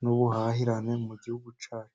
n'ubuhahirane mu gihugu cyacu.